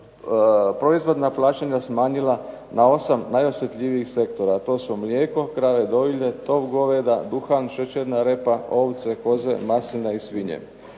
proizvodna plaćanja smanjila na 8 najosljetljivijih sektora, a to su mlijeko, krave dojilje, tov goveda, duhan, šećerna repa, ovce, koze, maslina i svinje.